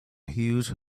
huge